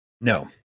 No